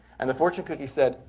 and the fortune cookie said,